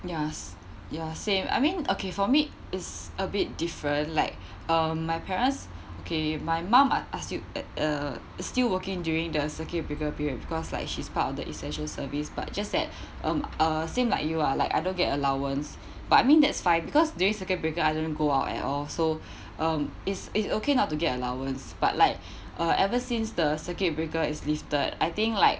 ya ya same I mean okay for me is a bit different like uh my parents okay my mum I ask you ah still working during the circuit breaker period because like she's part of the essential service but just that um uh same like you ah like I don't get allowance but I mean that's fine because during circuit breaker I didn't go out at all so um it's it's okay not to get allowance but like uh ever since the circuit breaker is lifted I think like